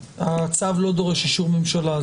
הצו לא דורש אישור ממשלה.